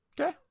Okay